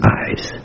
eyes